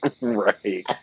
Right